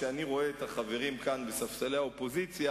כשאני רואה את החברים כאן בספסלי האופוזיציה,